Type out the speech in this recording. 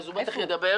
הוא בטח ידבר.